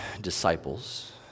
disciples